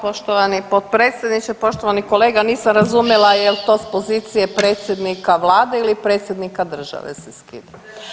Hvala poštovani potpredsjedniče, poštovani kolega, nisam razumjela jel to s pozicije predsjednika Vlade i predsjednika države se skida.